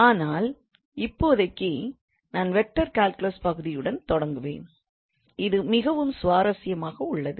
ஆனால் இப்போதைக்கு நான் வெக்டார் கால்குலஸ் பகுதியுடன் தொடங்குவேன் இது மிகவும் சுவாரஸ்யமாக உள்ளது